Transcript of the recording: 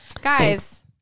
Guys